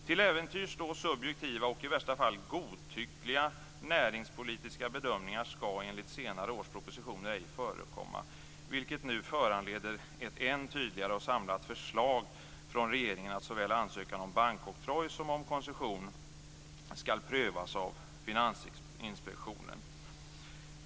Till äventyrs subjektiva och i värsta fall godtyckliga näringspolitiska bedömningar skall enligt senare års propositioner ej förekomma, vilket nu föranleder ett ännu tydligare, samlat förslag från regeringen om att ansökan om såväl bankoktroj som koncession skall prövas av Finansinspektionen.